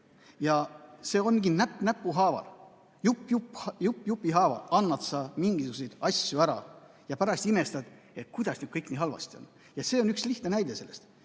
et näpp näpu haaval, jupp jupi haaval annad sa mingisuguseid asju ära ja pärast imestad, kuidas kõik nii halvasti on. Ja see on üks lihtne näide selle